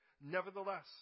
Nevertheless